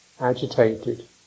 agitated